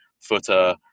footer